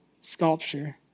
sculpture